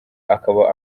akaba